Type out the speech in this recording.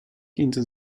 into